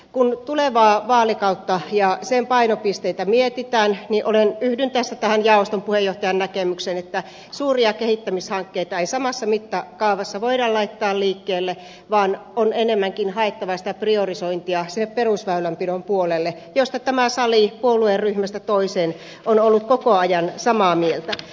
kun tulevaa vaalikautta ja sen painopisteitä mietitään niin yhdyn tässä tähän jaoston puheenjohtajan näkemykseen että suuria kehittämishankkeita ei samassa mittakaavassa voida laittaa liikkeelle vaan on enemmänkin haettava sitä priorisointia sinne perusväylänpidon puolelle mistä tämä sali puolueryhmästä toiseen on ollut koko ajan samaa mieltä